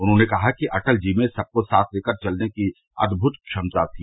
उन्होंने कहा कि अटल जी में सबको साथ लेकर चलने की अद्भुत क्षमता थी